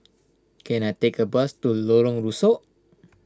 can I take a bus to Lorong Rusuk